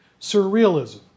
Surrealism